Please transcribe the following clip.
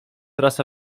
rasa